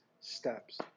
steps